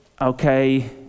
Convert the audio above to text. okay